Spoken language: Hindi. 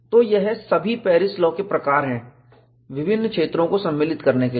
तो यह सभी पैरिस लॉ के प्रकार हैं विभिन्न क्षेत्रों को सम्मिलित करने के लिए